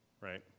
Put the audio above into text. Right